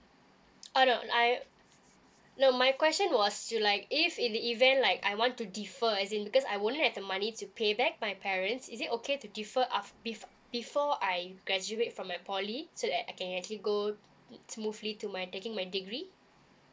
I don't I no my question was you like if in the event like I want to differ as in because I won't have the money to pay back my parents is it okay to defer af~ before before I graduate from my poly so that I can actually go to smoothly to my taking my degree